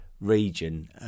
region